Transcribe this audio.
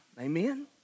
Amen